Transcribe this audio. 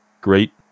great